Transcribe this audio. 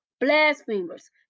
blasphemers